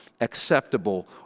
acceptable